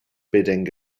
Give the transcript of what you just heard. bidding